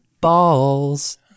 Balls